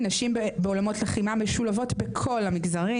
נשים בעולמות לחימה משולבות בכל המגזרים.